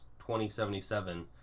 2077